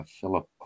Philip